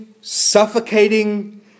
suffocating